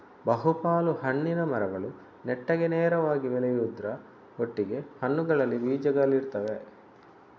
ಬಹು ಪಾಲು ಹಣ್ಣಿನ ಮರಗಳು ನೆಟ್ಟಗೆ ನೇರವಾಗಿ ಬೆಳೆಯುದ್ರ ಒಟ್ಟಿಗೆ ಹಣ್ಣುಗಳಲ್ಲಿ ಬೀಜಗಳಿರ್ತವೆ